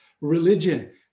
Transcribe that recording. religion